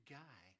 guy